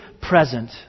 present